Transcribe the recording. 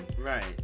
Right